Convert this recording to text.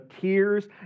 tears